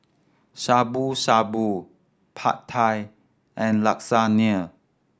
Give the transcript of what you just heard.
Shabu Shabu Pad Thai and Lasagna